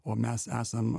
o mes esam